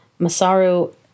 Masaru